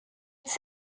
its